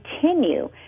continue